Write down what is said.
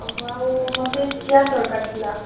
ଆଉ ମୋତେ ଚେୟାର ଦରକାର ଥିଲା